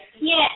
Yes